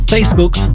Facebook